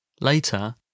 Later